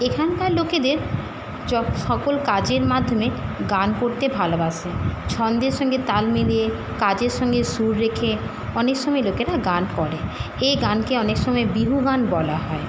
এখানকার লোকেদের সকল কাজের মাধ্যমে গান করতে ভালোবাসে ছন্দের সঙ্গে তাল মিলিয়ে কাজের সঙ্গে সুর রেখে অনেক সময় লোকেরা গান করে এ গানকে অনেক সময় বিহু গান বলা হয়